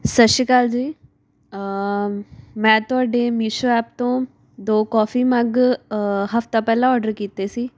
ਸਤਿ ਸ਼੍ਰੀ ਅਕਾਲ ਜੀ ਮੈਂ ਤੁਹਾਡੇ ਮੀਸ਼ੋ ਐਪ ਤੋਂ ਦੋ ਕੌਫੀ ਮੱਗ ਹਫ਼ਤਾ ਪਹਿਲਾਂ ਔਡਰ ਕੀਤੇ ਸੀ